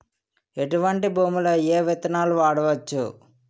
ఎటువంటి భూమిలో ఏ విత్తనాలు వాడవచ్చు?